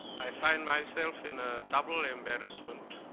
i find myself in ah double embarrassment